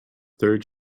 third